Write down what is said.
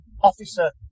officer